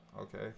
okay